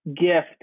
gift